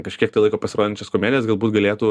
kažkiek tai laiko pasirodančios komedijos galbūt galėtų